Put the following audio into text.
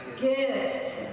gift